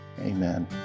amen